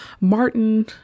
Martin